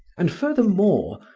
and furthermore,